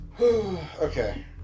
Okay